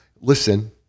listen